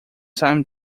time